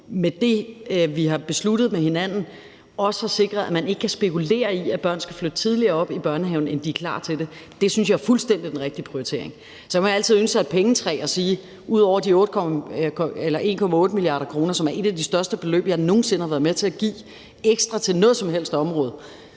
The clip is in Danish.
som vi har besluttet med hinanden, at man ikke kan spekulere i, at børn skal flytte tidligere op i børnehaven, end de er klar til, synes jeg, vi fuldstændig har valgt den rigtige prioritering. Så kan man altid ønske sig et pengetræ og sige, at ud over de 1,8 mia. kr., som er et af de største beløb, jeg nogen sinde har været med til at give ekstra til noget som helst område,